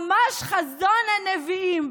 ממש חזון הנביאים.